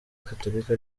gatolika